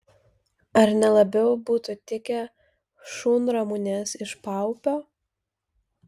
ar ne labiau būtų tikę šunramunės iš paupio